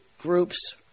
group's